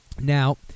Now